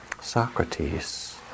Socrates